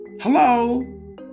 Hello